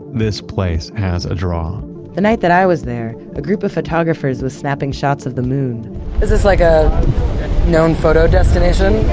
this place has a draw the night that i was there, a group of photographers were snapping shots of the moon is this like a known photo destination?